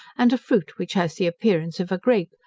and a fruit which has the appearance of a grape,